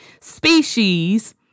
species